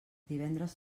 divendres